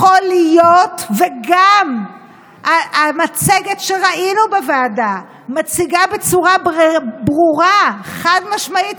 גם המצגת שראינו בוועדה מציגה בצורה ברורה וחד-משמעית,